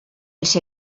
els